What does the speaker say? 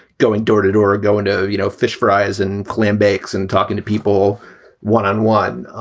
going door to door, go into, you know, fish fries and clam bakes and talking to people one on one.